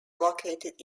located